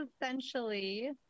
essentially